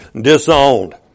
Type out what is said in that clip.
disowned